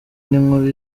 n’inkuru